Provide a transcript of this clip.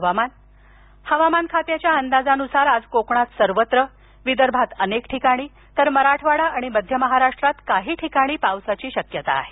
हवामान हवामान खात्याच्या अंदाजानुसार आज कोकणात सर्वत्र विदर्भात अनेक ठिकाणी तर मराठवाडा आणि मध्य महाराष्ट्रात काही ठिकाणी पावसाची शक्यता आहे